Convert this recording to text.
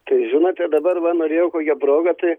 tai žinote dabar va norėjau kokia proga tai